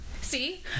See